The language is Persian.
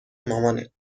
مامانت